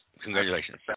Congratulations